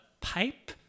pipe